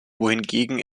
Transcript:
wohingegen